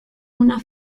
una